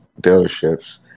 dealerships